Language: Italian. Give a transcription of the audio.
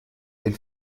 del